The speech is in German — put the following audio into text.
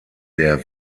der